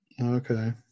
okay